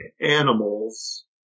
animals